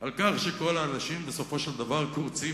על כך שכל האנשים בסופו של דבר קרוצים